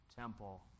temple